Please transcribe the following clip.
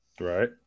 Right